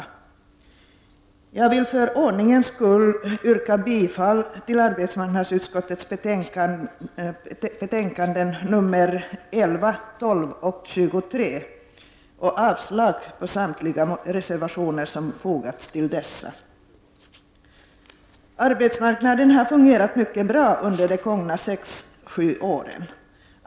Jag vill för ordningens skull yrka bifall till utskottets hemställan i arbetsmarknadsutskottets betänkanden nr 11, 12 och 23 och avslag på samtliga reservationer som fogats till dessa. Arbetsmarknaden har fungerat mycket bra under de gångna sex sju åren.